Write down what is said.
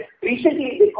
recently